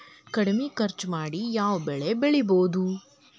ಕಡಮಿ ಖರ್ಚ ಮಾಡಿ ಯಾವ್ ಬೆಳಿ ಬೆಳಿಬೋದ್?